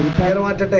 head onto